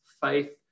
faith